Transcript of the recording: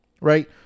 right